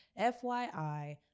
fyi